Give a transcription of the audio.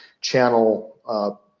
channel